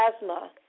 asthma